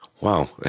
Wow